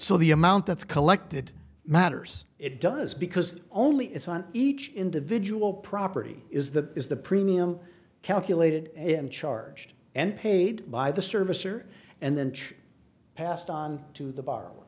so the amount that's collected matters it does because only it's on each individual property is that is the premium calculated and charged and paid by the service or and then church passed on to the bar